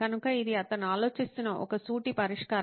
కనుక ఇది అతను ఆలోచిస్తున్న ఒక సూటి పరిష్కారం